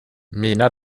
mina